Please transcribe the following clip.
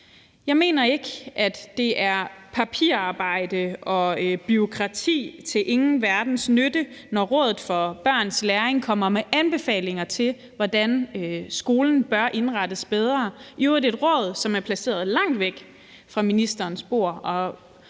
Jeg mener ikke, det er papirarbejde og bureaukrati til ingen verdens nytte, når Rådet for Børns Læring kommer med anbefalinger til, hvordan skolen bør indrettes bedre. Det er i øvrigt et råd, der er placeret langt væk fra ministerens bord.